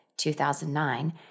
2009